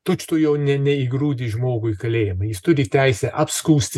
tučtuojau ne ne įgrūdi žmogų į kalėjimą jis turi teisę apskųsti